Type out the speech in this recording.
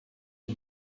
ari